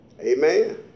Amen